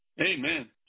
Amen